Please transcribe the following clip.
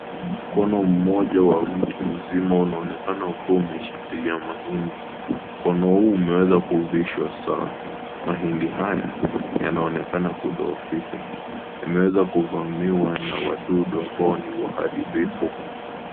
Mkono mmoja wa mtu mzima unaonekana ukiwa umeshikilia mahindi mkono huu umeweza kuuvishwa sana mahindi haya yanaonekana kudhoofika yameweza kuvamiwa na wadudu ambao ni waharibifu.